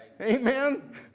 Amen